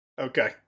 Okay